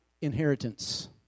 inheritance